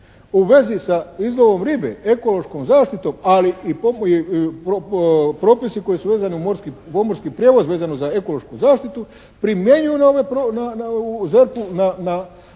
u vezi sa izlovom ribe, ekološkom zaštitom, ali i propisi koji su vezani uz pomorski prijevoz vezano za ekološku zaštitu, primjenjuju na u ZERP-u na